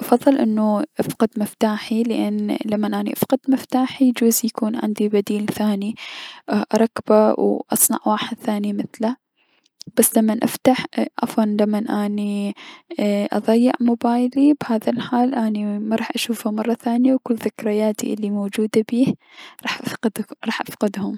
افضل انو افقد مفتاحي لأن لمن افقد مفتاحي يجوز يكون ليا بديل ثاني اي- اركبه و اصنع واحد ثاني مثله بس لمن افتح عفوا لمن اني اي- اضيع موبايلي بهذا الحال بهذا الحال مراح اشوفه مرة ثانية و كل ذكرياتي الموجودة بيه راح افقد- راح افقدهم.